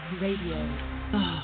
radio